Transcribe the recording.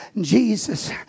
Jesus